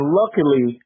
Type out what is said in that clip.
luckily